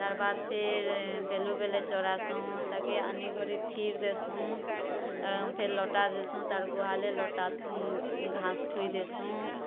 ତାର ବାଦ ଫିର୍ ବେଲୁ ବେଲେ ଚରାସୁ ତାକେ ଆନି କରି ଥିର ଦେସୁଁ ଫିର ଲଟା ଦେସୁ ତାର ଗୁହାଲେ ଲଟା ଘାସ ଥୁଇ ଦେସୁଁ